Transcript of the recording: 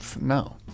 no